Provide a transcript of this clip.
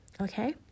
Okay